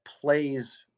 plays